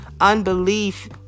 unbelief